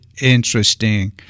interesting